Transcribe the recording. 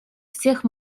всех